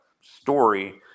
story